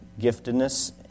giftedness